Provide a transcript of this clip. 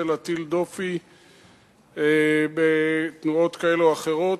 להטיל דופי בתנועות כאלה או אחרות,